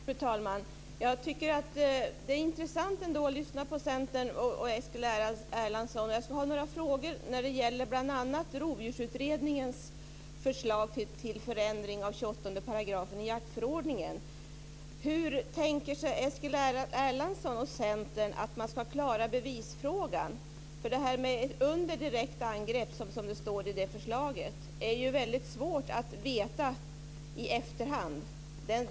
Fru talman! Jag tycker att det är intressant att lyssna på Centern och Eskil Erlandsson. Hur tänker sig Eskil Erlandsson och Centern att man ska klara bevisfrågan? Detta om det skett "under ett direkt angrepp", som det står i förslaget, är ju väldigt svårt att veta i efterhand.